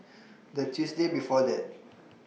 The Tuesday before that